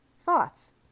thoughts